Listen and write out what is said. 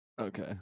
Okay